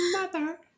Mother